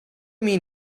mean